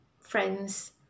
friends